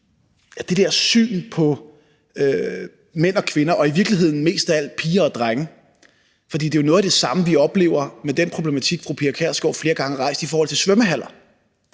det der syn på mænd og kvinder og i virkeligheden mest af alt piger og drenge – for det er jo noget af det samme, vi oplever med den problematik, fru Pia Kjærsgaard flere gange har rejst, i forhold til svømmehaller,